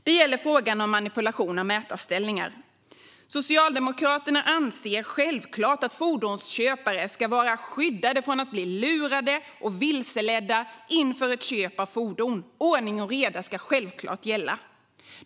Det gäller frågan om manipulation av mätarställningar. Socialdemokraterna anser självklart att fordonsköpare ska vara skyddade från att bli lurade och vilseledda inför ett köp av fordon. Ordning och reda ska gälla!